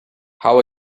how